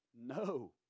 No